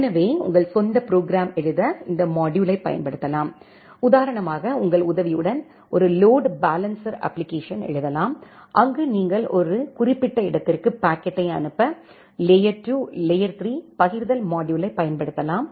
எனவே உங்கள் சொந்த ப்ரோக்ராம் எழுத இந்த மாடுயூல்யைப் பயன்படுத்தலாம்உதாரணமாக உங்கள் உதவியுடன் ஒரு லோடு பாலன்சர் அப்ப்ளிகேஷன் எழுதலாம்அங்கு நீங்கள் ஒரு குறிப்பிட்ட இடத்திற்கு பாக்கெட்டை அனுப்ப லேயர் 2 லேயர் 3 பகிர்தல் மாடுயூல்யைப் பயன்படுத்தலாம்